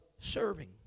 serving